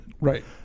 Right